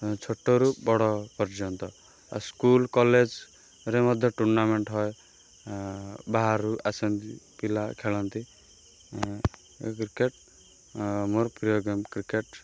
ଛୋଟରୁ ବଡ଼ ପର୍ଯ୍ୟନ୍ତ ସ୍କୁଲ୍ କଲେଜ୍ରେ ମଧ୍ୟ ଟୁର୍ଣ୍ଣାମେଣ୍ଟ୍ ହଏ ବାହାରରୁ ଆସନ୍ତି ପିଲା ଖେଳନ୍ତି କ୍ରିକେଟ୍ ମୋର ପ୍ରିୟ ଗେମ୍ କ୍ରିକେଟ୍